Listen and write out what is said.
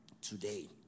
today